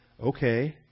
okay